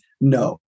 No